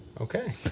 Okay